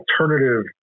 alternative